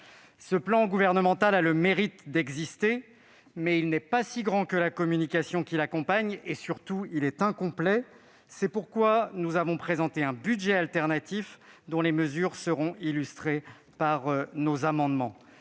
Ce plan gouvernemental a le mérite d'exister, mais il n'est pas si grand que la communication qui l'accompagne, et surtout il est incomplet : c'est pourquoi nous avons présenté un budget alternatif, dont les mesures seront illustrées par nos amendements.